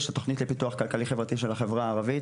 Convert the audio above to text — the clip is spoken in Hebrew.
יש התוכנית לפיתוח כלכלי-חברתי של החברה הערבית,